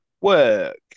work